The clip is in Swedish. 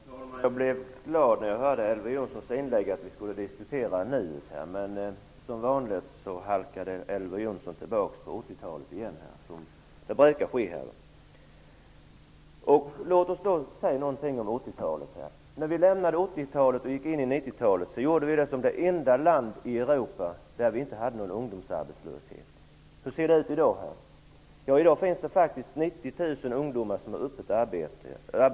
Herr talman! Jag blev glad när jag hörde Elver Jonsson säga att vi skulle diskutera nuet. Men som vanligt halkade Elver Jonsson tillbaka till 80-talet igen. Låt mig säga något om 80-talet. När vi lämnade 80 talet och gick in på 90-talet gjorde vi det som det enda land i Europa som inte hade någon ungdomsarbetslöshet. Hur ser det ut i dag? I dag finns det faktiskt 90 000 ungdomar som är öppet arbetslösa.